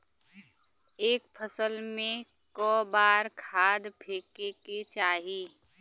एक फसल में क बार खाद फेके के चाही?